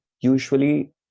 usually